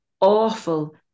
awful